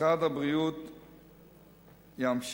משרד הבריאות ימשיך,